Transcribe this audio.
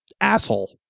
asshole